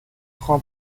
train